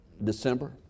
December